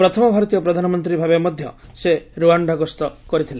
ପ୍ରଥମ ଭାରତୀୟ ପ୍ରଧାନମନ୍ତ୍ରୀ ଭାବେ ମଧ୍ୟ ସେ ରୁୱାଣ୍ଡା ଗସ୍ତ କରିଥିଲେ